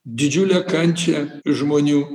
didžiulę kančią iš žmonių